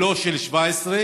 ולא של 2017,